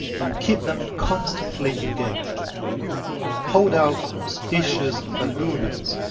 and keep them constantly engaged hold out specious allurements,